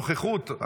נוכחות,